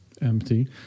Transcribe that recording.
Empty